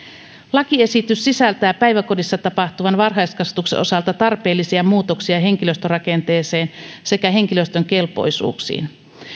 lakiesitys sisältää päiväkodissa tapahtuvan varhaiskasvatuksen osalta tarpeellisia muutoksia henkilöstörakenteeseen sekä henkilöstön kelpoisuuksiin